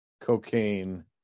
cocaine